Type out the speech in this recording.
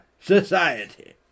society